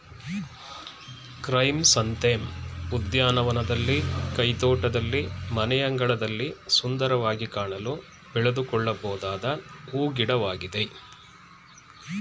chrysanthemum ಉದ್ಯಾನವನದಲ್ಲಿ, ಕೈತೋಟದಲ್ಲಿ, ಮನೆಯಂಗಳದಲ್ಲಿ ಸುಂದರವಾಗಿ ಕಾಣಲು ಬೆಳೆದುಕೊಳ್ಳಬೊದಾದ ಹೂ ಗಿಡವಾಗಿದೆ